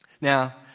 Now